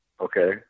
Okay